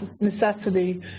necessity